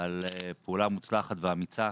על פעולה מוצלחת ואמיצה.